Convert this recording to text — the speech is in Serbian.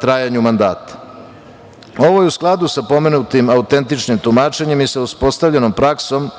trajanju mandata. Ovo je u skladu sa pomenutim Autentičnim tumačenjem i sa uspostavljenom praksom